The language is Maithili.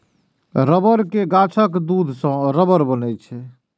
रबड़ के गाछक दूध सं रबड़ बनै छै